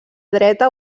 dreta